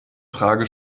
frage